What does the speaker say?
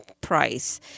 price